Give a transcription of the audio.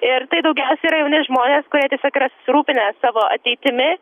ir tai daugiausia yra jauni žmonės kurie tiesiog yra susirūpinę savo ateitimi